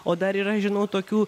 o dar yra žinau tokių